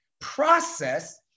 process